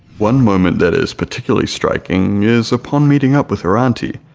one moment that is particularly striking is upon meeting up with her auntie,